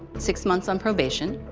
six months on probation,